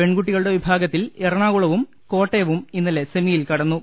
പെൺകുട്ടികളുടെ വിഭാഗത്തിൽ എറണാകുളവും കോട്ടയവും ഇന്നലെ സെമിയിൽ കടന്നു